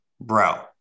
Bro